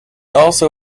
also